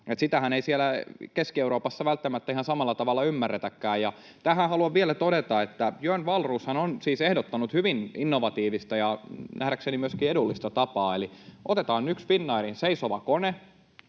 Sitähän ei siellä Keski-Euroopassa välttämättä ihan samalla tavalla ymmärretäkään. Tähän haluan vielä todeta, että Björn Wahlrooshan on siis ehdottanut hyvin innovatiivista ja nähdäkseni myöskin edullista tapaa: otetaan yksi Finnairin seisova kone,